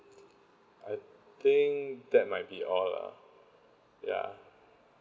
I think that might be all lah ya